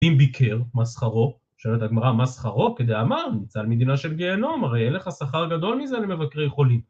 אם ביקר, מה שכרו? שואלת הגמרא, מה שכרו? כדאמרת, ניצל מדינה של גיהנום, הרי אין לך שכר גדול מזה, למבקרי חולים.